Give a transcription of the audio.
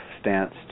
stance